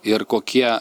ir kokie